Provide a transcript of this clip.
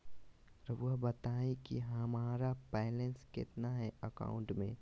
रहुआ बताएं कि हमारा बैलेंस कितना है अकाउंट में?